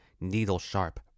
needle-sharp